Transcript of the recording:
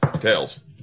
Tails